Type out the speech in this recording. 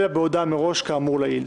אלא בהודעה מראש כאמור לעיל.